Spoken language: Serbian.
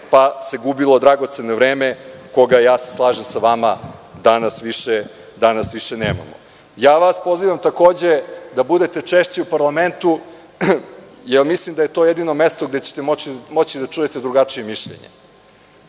pa se gubilo dragoceno vreme koga, ja se slažem sa vama, danas više nemamo. Ja vas pozivam, takođe, da budete češće u parlamentu, jer mislim da je to jedino mesto gde ćete moći da čujete drugačije mišljenje.